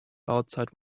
outside